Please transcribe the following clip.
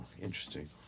interesting